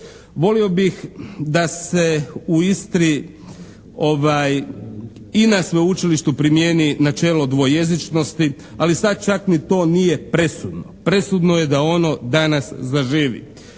Volio bih da se u Istri i na sveučilištu primijeni načelo dvojezičnosti, ali sad čak ni to nije presudno. Presudno je da ono danas zaživi.